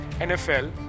NFL